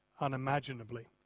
unimaginably